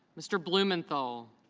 mr. blumenthal